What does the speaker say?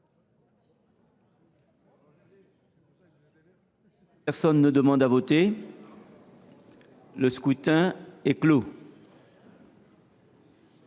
Personne ne demande plus à voter ?… Le scrutin est clos.